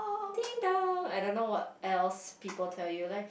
ding-dong I don't know what else people tell you like